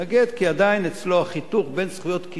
כי עדיין אצלו החיתוך בין זכויות קניין